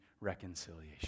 reconciliation